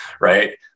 right